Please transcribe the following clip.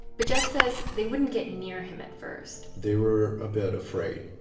but jeff says they wouldn't get near him at first they were a bit afraid.